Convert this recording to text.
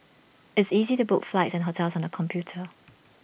it's easy to book flights and hotels on the computer